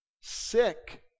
Sick